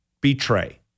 betray